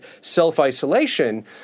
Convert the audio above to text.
self-isolation